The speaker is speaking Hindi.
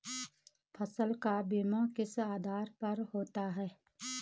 फसल का बीमा किस आधार पर होता है?